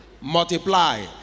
multiply